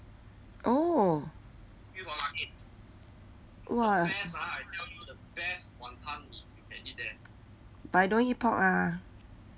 oh !wah! but I don't eat pork ah